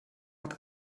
hat